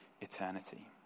eternity